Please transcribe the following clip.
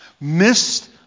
missed